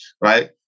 Right